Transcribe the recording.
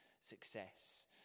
success